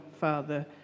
Father